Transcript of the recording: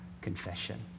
confession